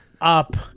up